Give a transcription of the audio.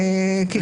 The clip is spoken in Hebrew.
נכון.